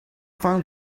find